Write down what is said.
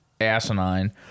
asinine